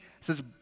says